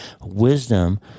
Wisdom